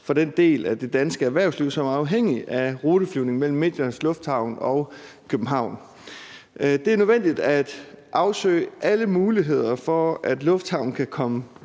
og den del af det danske erhvervsliv, som er afhængige af ruteflyvning mellem Midtjyllands Lufthavn og København. Det er nødvendigt at afsøge alle muligheder for, at lufthavnen kan komme